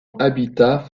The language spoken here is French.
habitat